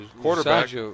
quarterback